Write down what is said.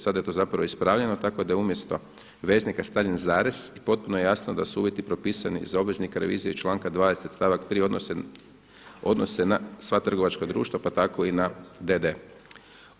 Sada je to zapravo ispravljeno tako da je umjesto veznika stavljen zarez i potpuno je jasno da su uvjeti propisani za obveznike revizije iz članka 20. stavak 3. odnose na sva trgovačka društva pa tako i na d.d.